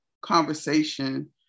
conversation